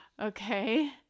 Okay